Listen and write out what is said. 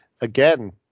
again